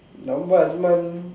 நம்ப:namba Asman